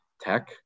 tech